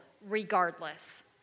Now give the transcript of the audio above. regardless